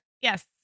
Yes